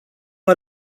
mai